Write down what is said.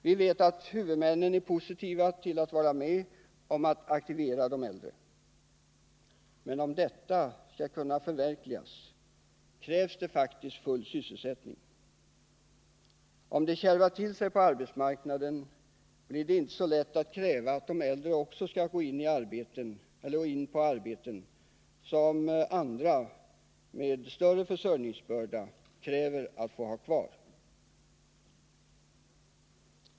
Vi vet att huvudmännen är positiva till att vara med om att aktivera de äldre. Men om detta skall kunna förverkligas, krävs det full sysselsättning. Om det kärvar till sig på arbetsmarknaden blir det inte så lätt att kräva att de äldre också skall få gå in på arbeten som andra med större försörjningsbörda kräver att få ha kvar.